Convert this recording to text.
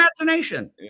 imagination